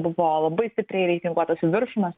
buvo labai stipriai reitinguotos į viršų nes